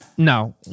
No